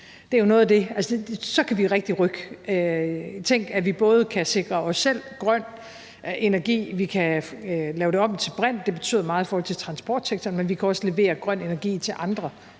af havvindmøller. Så kan vi rigtig rykke. Tænk, at vi både kan sikre os selv grøn energi, at vi kan lave det om til brint – det betyder meget i forhold til transportsektoren – og at vi også kan levere grøn energi til andre